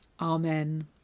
Amen